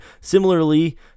similarly